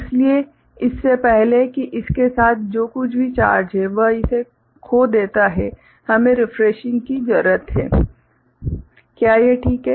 इसलिए इससे पहले कि इसके साथ जो कुछ भी चार्ज है वह इसे खो देता है हमें रिफ्रेशिंग की जरूरत है क्या यह ठीक है